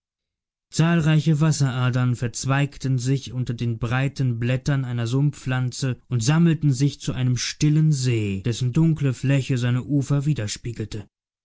zahlreiche wasseradern verzweigten sich unter den breiten blättern einer sumpfpflanze und sammelten sich zu einem stillen see dessen dunkle fläche seine ufer widerspiegelte